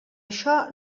això